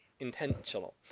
Intentional